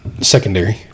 Secondary